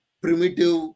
primitive